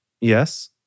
yes